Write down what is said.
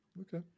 okay